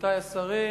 רבותי השרים,